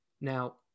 Now